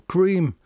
Cream